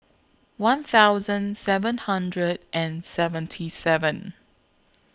one thousand seven hundred and seventy seven